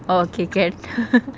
oh okay can